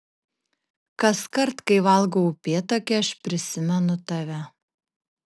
kaskart kai valgau upėtakį aš prisimenu tave